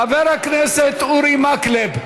חבר הכנסת אורי מקלב,